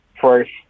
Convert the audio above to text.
first